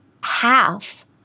half